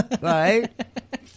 right